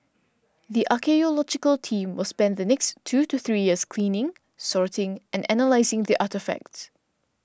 the archaeological team will spend the next two to three years cleaning sorting and analysing the artefacts